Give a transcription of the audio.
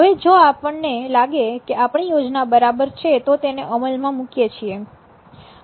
હવે જો આપણને લાગે કે આપણી યોજના બરાબર છે તો તેને અમલમાં મૂકીએ છીએ